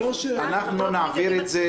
אנחנו נעביר את זה,